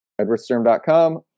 edwardsturm.com